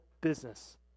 business